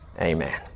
Amen